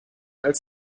als